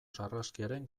sarraskiaren